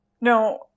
No